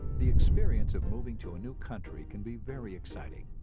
the experience of moving to a new country can be very exciting,